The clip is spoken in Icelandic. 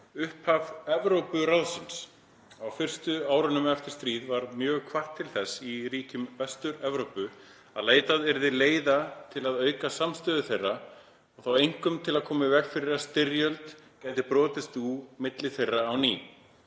„Upphaf Evrópuráðsins. Á fyrstu árunum eftir stríð var mjög hvatt til þess í ríkjum Vestur-Evrópu að leitað yrði leiða til að auka samstöðu þeirra og þá einkum til að koma í veg fyrir að styrjöld gæti brotist út milli þeirra á ný.